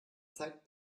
zeigt